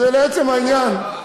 אז לעצם העניין,